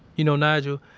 you know, nigel,